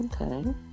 Okay